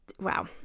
wow